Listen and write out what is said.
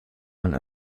mal